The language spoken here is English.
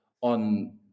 on